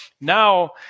now